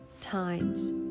times